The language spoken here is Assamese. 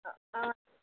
অঁ